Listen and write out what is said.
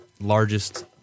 largest